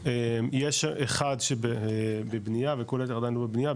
בגלל שיש אחד שבבנייה וכל היתר עדיין לא בבנייה,